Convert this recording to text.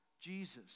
Jesus